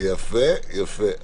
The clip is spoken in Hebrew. יפה, יפה.